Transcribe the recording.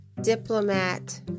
diplomat